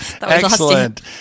Excellent